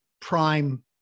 prime